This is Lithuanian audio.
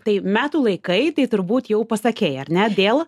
tai metų laikai tai turbūt jau pasakei ar ne dėl